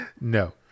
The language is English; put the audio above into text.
No